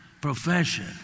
profession